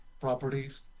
properties